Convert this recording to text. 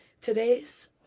today's